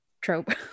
trope